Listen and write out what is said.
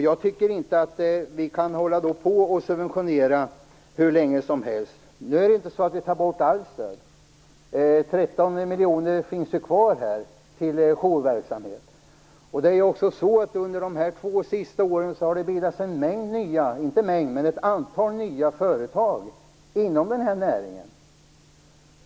Jag tycker inte att vi kan hålla på att subventionera hur länge som helst. Vi tar inte bort allt stöd, 13 miljoner finns kvar till jourverksamhet. Under de två senaste åren har det bildats ett antal nya företag inom näringen.